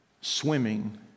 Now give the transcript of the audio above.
swimming